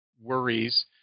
worries